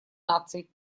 наций